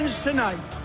tonight